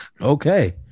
Okay